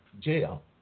jail